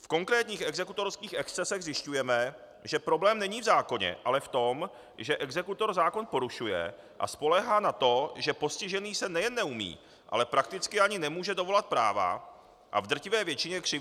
V konkrétních exekutorských excesech zjišťujeme, že problém není v zákoně, ale v tom, že exekutor zákon porušuje a spoléhá na to, že postižený se nejen neumí, ale prakticky ani nemůže dovolat práva a v drtivé většině křivdu strpí.